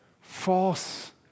False